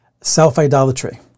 Self-idolatry